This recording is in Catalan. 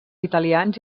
italians